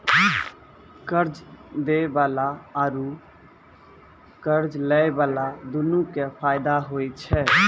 कर्जा दै बाला आरू कर्जा लै बाला दुनू के फायदा होय छै